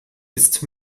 ist